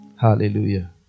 Hallelujah